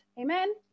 amen